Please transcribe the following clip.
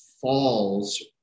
falls